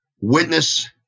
witness